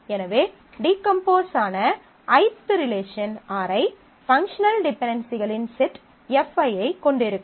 எனவே டீகம்போஸ் ஆன ith relation Ri functional டிபென்டென்சிகளின் செட் Fi ஐக் கொண்டிருக்கும்